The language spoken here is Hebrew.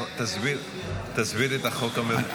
תסביר, תסביר את החוק המרוכך.